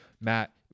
Matt